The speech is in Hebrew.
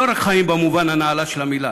לא רק חיים במובן הנעלה של המילה,